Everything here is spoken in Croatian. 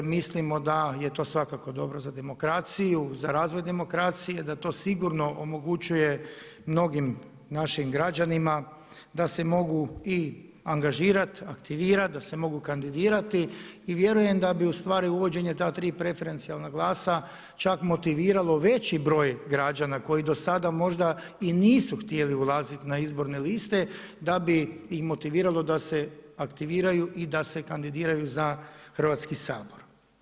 Mislimo da je to svakako dobro za demokraciju, za razvoj demokracije, da to sigurno omogućuje mnogim našim građanima da se mogu i angažirati i da se mogu kandidirati i vjerujem da bi ustvari uvođenje ta tri preferencijalna glasa čak motiviralo veći broj građana koji dosada možda i nisu htjeli ulaziti na izborne liste da bi ih motiviralo da se aktiviraju i da se kandidiraju za Hrvatski sabor.